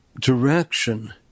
direction